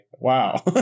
Wow